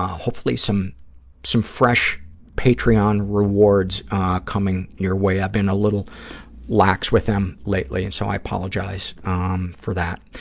hopefully some some fresh patreon rewards coming your way. i've been a little lax with them lately, and so i apologize um for that.